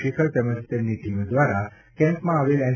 શેખર તેમજ તેમની ટીમ દ્વારા કેમ્પમાં આવેલ એન